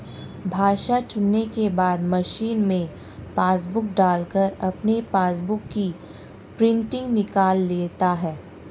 भाषा चुनने के बाद मशीन में पासबुक डालकर अपने पासबुक की प्रिंटिंग निकाल लेता है